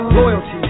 loyalty